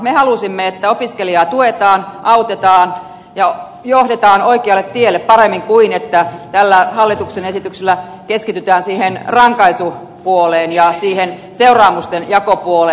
me halusimme että opiskelijaa tuetaan autetaan ja johdetaan oikealle tielle paremmin kuin tässä hallituksen esityksessä jossa keskitytään siihen rankaisupuoleen ja siihen seuraamusten jakopuoleen